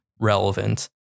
relevant